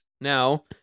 Now